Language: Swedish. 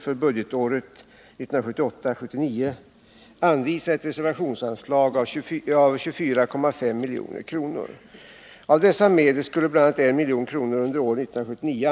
för användning av Eiser på angivet sätt.